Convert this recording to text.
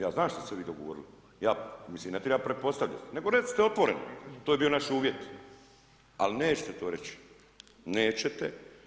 Ja znam šta ste vi dogovorili, mislim ne treba pretpostavljati nego recite otvoreno, to je bio naš uvjet, ali nećete to reći, nećete.